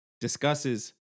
discusses